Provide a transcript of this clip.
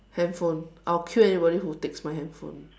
handphone I will kill anybody who takes my handphone